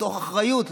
מתוך אחריות,